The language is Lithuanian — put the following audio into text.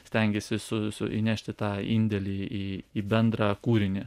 stengiasi su su įnešti tą indėlį į į į bendrą kūrinį